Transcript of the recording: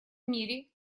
мире